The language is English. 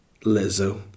Lizzo